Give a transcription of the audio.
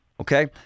okay